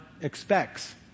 expects